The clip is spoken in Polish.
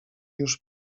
już